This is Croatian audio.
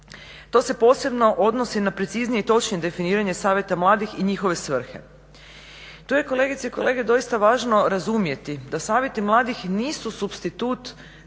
To se posebno odnosi na preciznije i točnije definiranje savjeta mladih i njihove svrhe. Tu je kolegice i kolege doista važno razumjeti da savjeti mladih nisu supstitut